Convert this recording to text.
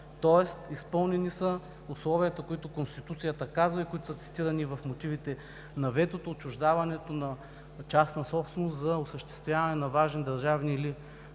Изпълнени са условията, които Конституцията казва и които са цитирани в мотивите на ветото – отчуждаването на частна собственост за осъществяване на важни държавни или